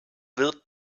wird